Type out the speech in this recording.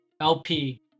LP